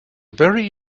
very